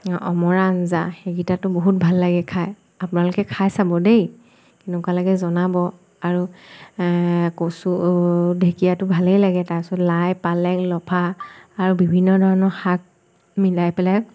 অমৰা আঞ্জা সেইকেইটাটো বহুত ভাল লাগে খাই আপোনালোকে খাই চাব দেই কেনেকুৱা লাগে জনাব আৰু কচু ঢেকীয়াটো ভালেই লাগে তাৰপাছত লাই পালেং লফা আৰু বিভিন্ন ধৰণৰ শাক মিলাই পেলাই